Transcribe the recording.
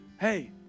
hey